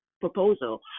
proposal